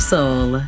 Soul